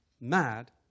mad